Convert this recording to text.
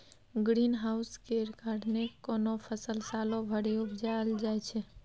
green house केर कारणेँ कोनो फसल सालो भरि उपजाएल जाइ छै